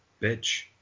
bitch